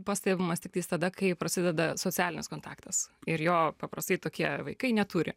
pastebimas tiktais tada kai prasideda socialinis kontaktas ir jo paprastai tokie vaikai neturi